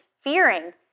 fearing